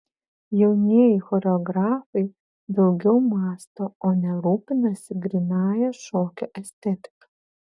jaunieji choreografai daugiau mąsto o ne rūpinasi grynąja šokio estetika